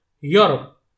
Europe